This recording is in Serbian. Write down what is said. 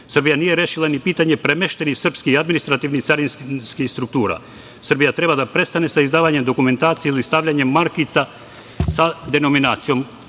nije rešila ni pitanje premeštenih srpskih i administrativnih carinskih struktura. Srbija treba da prestane sa izdavanjem dokumentacije ili stavljanje markica sa denominacijom